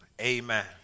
amen